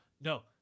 no